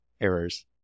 errors